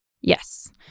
yes